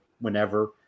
whenever